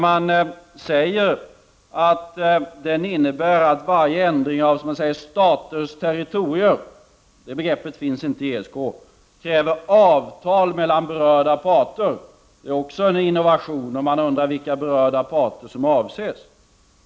Man säger att varje ändring av ”staters territorier”, det begreppet finns inte i ESK, kräver ”avtal mellan de berörda parterna”. Det är också en innovation, och man undrar vilka berörda parter som avses.